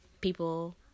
people